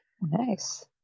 Nice